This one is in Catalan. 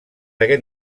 aquest